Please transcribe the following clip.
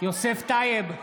יוסף טייב,